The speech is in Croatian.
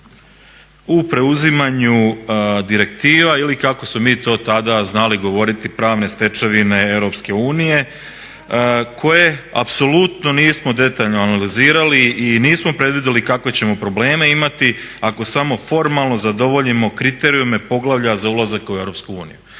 u preuzimanju direktiva ili kako smo mi to tada znali govoriti pravne stečevine EU koje apsolutno nismo detaljno analizirali i nismo predvidjeli kakve ćemo probleme imati ako samo formalno zadovoljimo kriterijume poglavlja za ulazak u EU.